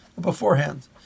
beforehand